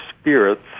spirits